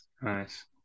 Nice